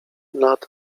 nad